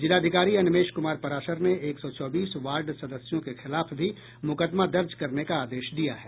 जिलाधिकारी अनिमेष कुमार पराशर ने एक सौ चौबीस वार्ड सदस्यों के खिलाफ भी मुकदमा दर्ज करने का आदेश दिया है